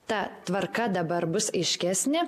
ta tvarka dabar bus aiškesnė